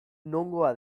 nongoa